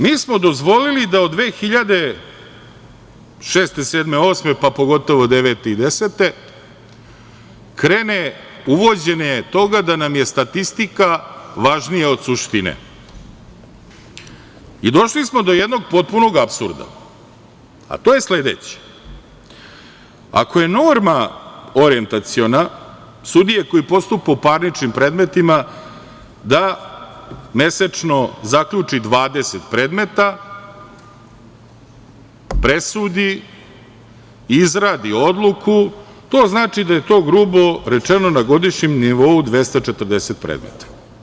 Mi smo dozvolili da od 2006, 2007, 2008. godine pa pogotovo 2009. i 2010. godine krene uvođenje toga da nam je statistika važnija od suštine i došli smo do jednog potpunog apsurda, a to je sledeće – ako je norma orijentaciona sudije koji postupa u parničnim predmetima da mesečno zaključi 20 predmeta, presudi, izradi odluku to znači da je to grubo rečeno na godišnjem nivou 240 predmeta.